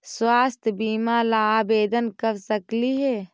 स्वास्थ्य बीमा ला आवेदन कर सकली हे?